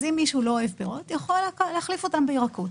אז אם מישהו לא אוהב פירות הוא יכול להחליף אותם בירקות.